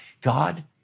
God